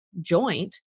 joint